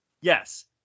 Yes